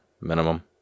minimum